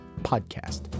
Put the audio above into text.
podcast